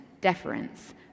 deference